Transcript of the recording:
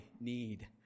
need